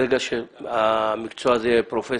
ברגע שהמקצוע הזה יהיה פרופסיה,